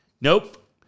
Nope